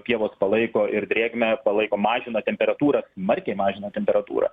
pievos palaiko ir drėgmę palaiko mažina temperatūrą smarkiai mažina temperatūrą